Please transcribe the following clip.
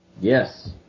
Yes